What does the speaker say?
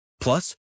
Plus